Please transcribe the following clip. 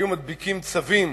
היו מדביקים צווים